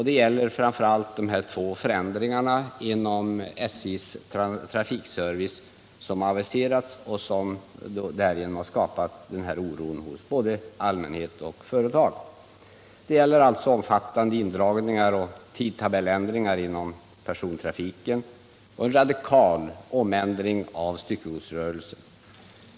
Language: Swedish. Det är framför allt de två aviserade förändringarna inom SJ:s trafikservice som har skapat den här oron hos både allmänhet och företag. Det gäller alltså omfattande indragningar och tidtabellsändringar inom persontrafiken och en radikal omändring av styckegodsrörelsen.